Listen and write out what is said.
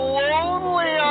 lonely